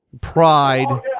pride